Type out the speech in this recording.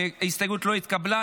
ההסתייגות לא התקבלה.